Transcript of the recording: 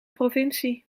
provincie